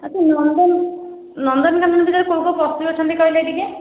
ଆଚ୍ଛା ନନ୍ଦନ ନନ୍ଦନକାନନ ଭିତରେ କେଉଁ କେଉଁ ପଶୁ ଅଛନ୍ତି କହିଲେ ଟିକେ